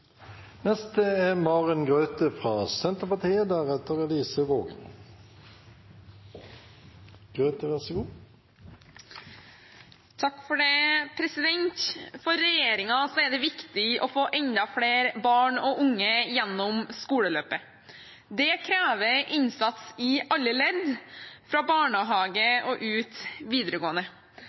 For regjeringen er det viktig å få enda flere barn og unge gjennom skoleløpet. Det krever innsats i alle ledd, fra barnehage og ut videregående.